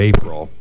April